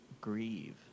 grieve